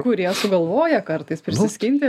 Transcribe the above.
kurie sugalvoja kartais prisiskinti